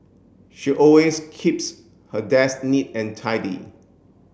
she always keeps her desk neat and tidy